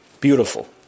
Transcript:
Beautiful